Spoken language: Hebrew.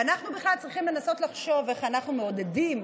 ואנחנו בכלל צריכים לנסות לחשוב איך אנחנו מעודדים